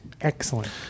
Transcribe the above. excellent